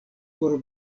por